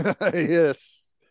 Yes